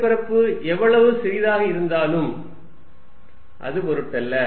மேற்பரப்பு எவ்வளவு சிறியதாக இருந்தாலும் அது பொருட்டல்ல